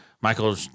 Michael